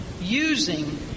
using